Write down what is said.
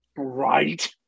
Right